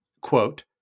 quote